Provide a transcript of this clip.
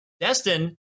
Destin